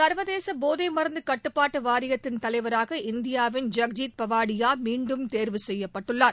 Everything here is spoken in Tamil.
சர்வதேச போதைமருந்து கட்டுபாட்டு வாரியத்திள் தலைவராக இந்தியாவின் ஜக்ஜித் பவாடியா மீண்டும் தேர்வு செய்யப்பட்டுள்ளார்